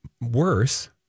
worse